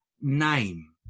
name